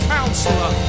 Counselor